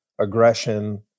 aggression